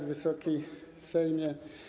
Wysoki Sejmie!